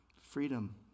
freedom